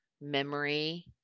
memory